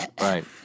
Right